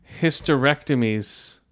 hysterectomies